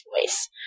choice